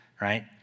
right